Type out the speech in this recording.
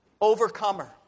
overcomer